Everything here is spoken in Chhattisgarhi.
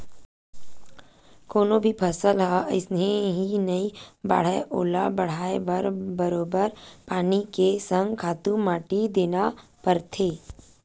कोनो भी फसल ह अइसने ही नइ बाड़हय ओला बड़हाय बर बरोबर पानी के संग खातू माटी देना परथे